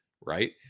right